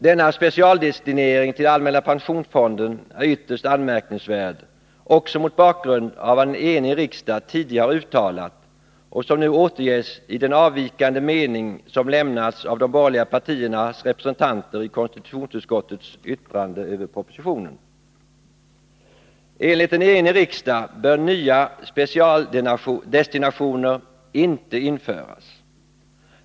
Denna specialdestinering till allmänna pensionsfonden är ytterst anmärkningsvärd också mot bakgrund av vad en enig riksdag tidigare har uttalat och som nu återges i den avvikande mening som tillkännagivits av de borgerliga partiernas representanter i konstitutionsutskottets yttrande över propositionen. Enligt en enig riksdag bör nya specialdestinationer inte införas.